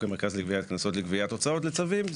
המרכז לגביית קנסות לגביית הוצאות לצווים,